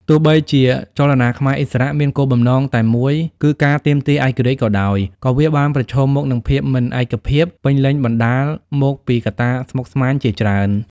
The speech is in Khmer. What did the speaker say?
ទោះបីជាចលនាខ្មែរឥស្សរៈមានគោលបំណងរួមមួយគឺការទាមទារឯករាជ្យក៏ដោយ ក៏វាបានប្រឈមមុខនឹងភាពមិនឯកភាពពេញលេញបណ្ដាលមកពីកត្តាស្មុគស្មាញជាច្រើន។